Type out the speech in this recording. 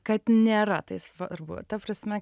kad nėra tai svarbu ta prasme